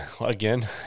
again